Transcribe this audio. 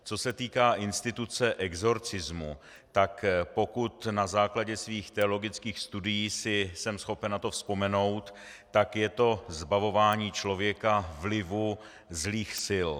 Co se týká instituce exorcismu, tak pokud na základě svých teologických studií jsem schopen si na to vzpomenout, tak je to zbavování člověka vlivu zlých sil.